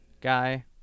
guy